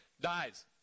dies